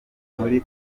muri